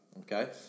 okay